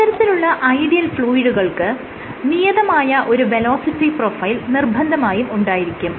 ഇത്തരത്തിലുള്ള ഐഡിയൽ ഫ്ലൂയിഡുകൾക്ക് നിയതമായ ഒരു വെലോസിറ്റി പ്രൊഫൈൽ നിർബന്ധമായും ഉണ്ടായിരിക്കും